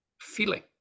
feeling